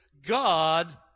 God